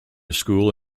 school